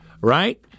right